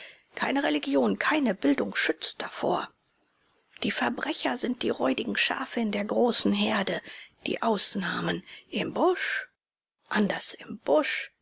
keine religion keine bildung schützt davor die verbrecher sind die räudigen schafe in der großen herde die ausnahmen im busch anders im busch